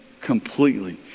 completely